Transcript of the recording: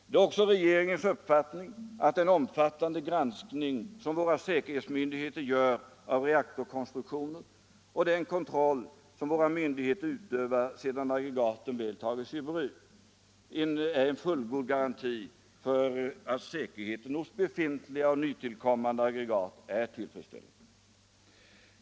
Det är också regeringens uppfattning att den omfattande granskning som våra säkerhetsmyndigheter gör av reaktorkonstruktioner och den kontroll som våra myndigheter utövar sedan aggregaten väl tagits i drift är en fullgod garanti för att säkerheten hos befintliga och nytillkommande aggregat är tillfredsställande.